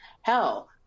Hell